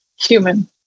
human